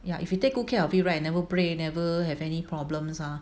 ya if you take good care of it right never break never have any problems ah